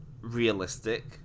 realistic